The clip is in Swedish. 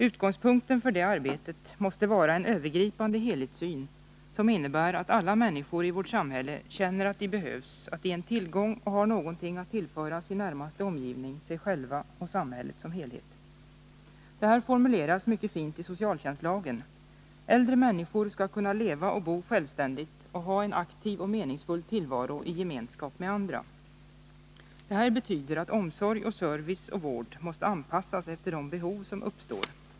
Utgångspunkten för det arbetet måste vara en övergripande helhetssyn, som innebär att alla människor i vårt samhälle känner att de behövs, att de är en tillgång och har någonting att tillföra sin närmaste omgivning, sig själva och samhället som helhet. Det här formuleras mycket fint i socialtjänstlagen. Äldre människor skall kunna leva och bo självständigt och ha en aktiv och meningsfull tillvaro i gemenskap med andra. Det här betyder att omsorg, service och vård måste anpassas efter de behov som uppstår.